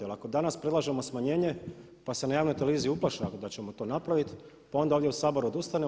Jer ako danas predlažemo smanjenje, pa se na javnoj televiziji uplaše da ćemo to napraviti, pa onda ovdje u Saboru odustanemo.